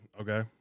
Okay